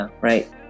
right